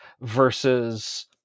versus